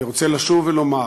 אני רוצה לשוב ולומר: